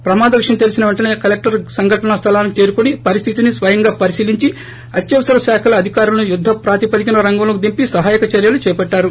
ప్రమాద విషయం తెలీసిన వెంటనే కలెక్టర్ సంఘటనా స్థలానికి చేరుకుని పరిస్థితిని స్వయంగా పరిశీలించి అత్యవసర శాఖల అధికారులను యుద్ద ప్రాతిపదికన రంగంలోకి దింపి సహాయక చర్యలు చేపట్లారు